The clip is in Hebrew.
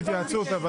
(תיקון מס' 41)